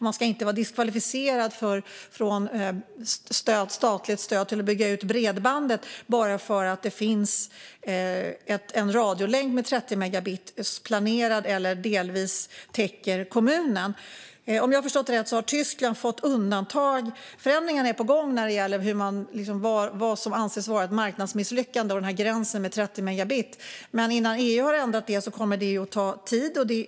Man ska inte diskvalificeras från statligt stöd till att bygga ut bredbandet bara på grund av att en radiolänk är planerad eller delvis täcker kommunen. Förändringar är på gång när det gäller vad som ska anses vara ett marknadsmisslyckande och när det gäller gränsen på 30 megabit. Men det kommer att ta tid innan EU har ändrat det.